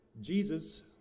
Jesus